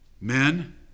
Men